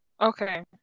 Okay